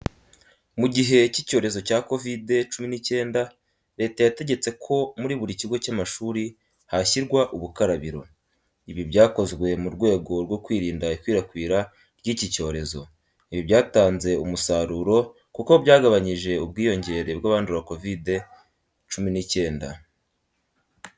Mu gihe cy'icyorezo cya Kovide cumi n'icyenda Leta yategetse ko muri buri kigo cy'amashuri hashyirwa ubukarabiro. Ibi byakozwe mu rwego rwo kwirinda ikwirakwira ry'iki cyorezo. Ibi byatanze imusaruro kuko byagabanyije ubwiyongere bw'abandura Kovide cumi n'icyenda.